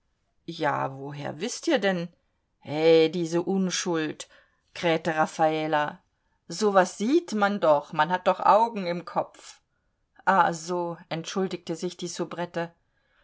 ja woher wißt ihr denn aehh diese unschuld krähte raffala so was sieht man doch man hat doch augen im kopf ah so entschuldigte sich die